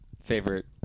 Favorite